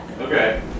Okay